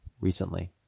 recently